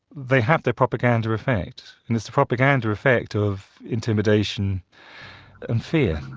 they have their propaganda effect, and it's the propaganda effect of intimidation and fear.